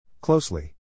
Closely